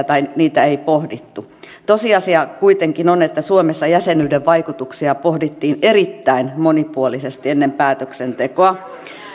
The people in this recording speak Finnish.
tai niitä ei pohdittu tosiasia kuitenkin on että suomessa jäsenyyden vaikutuksia pohdittiin erittäin monipuolisesti ennen päätöksentekoa